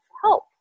help